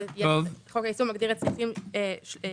חוק היישום מגדיר את סעיפים 13,